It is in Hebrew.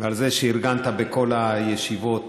ועל זה שארגנת בכל הישיבות